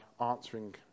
answering